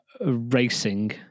racing